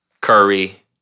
Curry